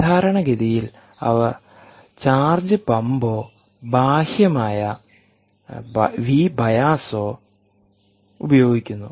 സാധാരണഗതിയിൽ അവ ചാർജ് പമ്പോ ബാഹ്യമായ വി ബയാസോ ഉപയോഗിക്കുന്നു